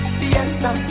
fiesta